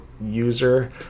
user